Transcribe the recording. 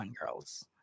girls